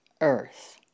earth